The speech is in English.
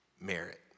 merit